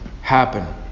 happen